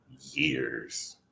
years